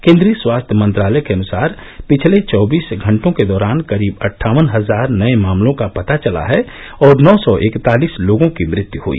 केन्द्रीय स्वास्थ्य मंत्रालय के अनुसार पिछले चौबीस घंटों के दौरान करीब अट्ठावन हजार नये मामलों का पता चला है और नौ सौ इकतालिस लोगों की मृत्यू हई